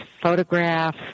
photograph